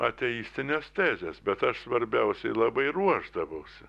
ateistines tezes bet aš svarbiausiai labai ruošdavausi